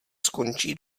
skončí